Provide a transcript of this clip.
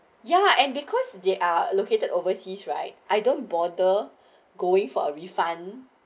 ya and because they are located overseas right I don't bother going for a refund